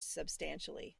substantially